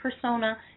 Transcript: persona